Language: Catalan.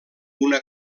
una